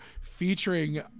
featuring